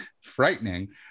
frightening